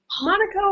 Monaco